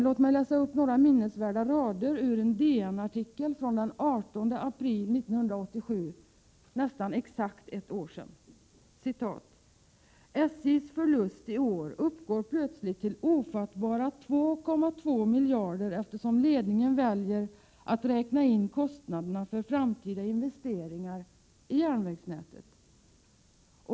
Låt mig läsa upp några minnesvärda rader ur en DN-artikel den 18 april 1987, för nästan exakt ett år sedan: ”SJ:s förlust i år uppgår plötsligt till ofattbara 2,2 miljarder eftersom ledningen väljer att räkna in kostnaderna för framtida investeringar i järnvägsnätet.